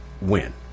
win